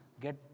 get